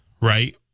Right